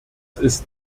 ist